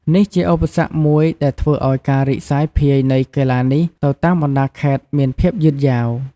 នេះជាឧបសគ្គមួយដែលធ្វើឱ្យការរីកសាយភាយនៃកីឡានេះទៅតាមបណ្ដាខេត្តមានភាពយឺតយ៉ាវ។